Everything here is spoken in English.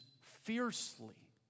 fiercely